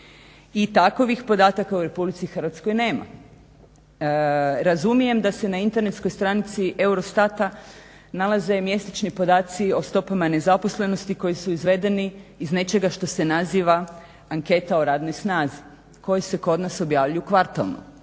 i takovih podataka u RH nema. Razumijem da se na internetskoj stranici EUROSTAT-a nalaze i mjesečni podaci o stopama nezaposlenosti koji su izvedeni iz nečega što se naziva Anketa o radnoj snazi koji se kod nas objavljuju kvartalno